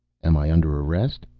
am i under arrest?